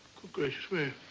gracious me.